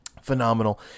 Phenomenal